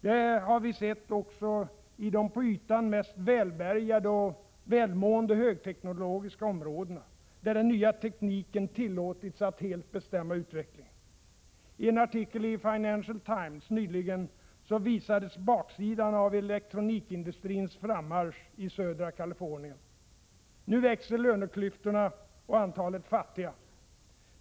Det har vi sett också inom de på ytan mest välbärgade och mest välmående högteknologiska områden, där den nya tekniken tillåtits att helt bestämma utvecklingen. I en artikel i Financial Times visades nyligen baksidan av elektronikindustrins frammarsch i södra Californien: Nu växer löneklyftorna och antalet fattiga.